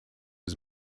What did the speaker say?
was